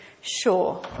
sure